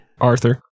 Arthur